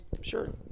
Sure